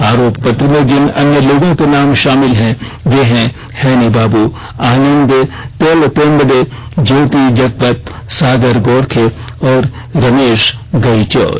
आरोप पत्र में जिन अन्य लोगों के नाम शामिल हैं वे हैं हैनी बाबू आनंद तेलतुम्बडे ज्योति जगपत सागर गोरखे और रमेश गइचोर